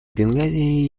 бенгази